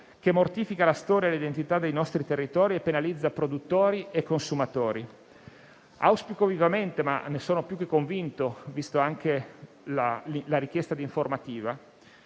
che mortifica la storia e l'identità dei nostri territori e penalizza i produttori e consumatori. Auspico vivamente - ma ne sono più che convinto, vista anche la richiesta di informativa